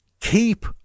keep